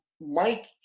Mike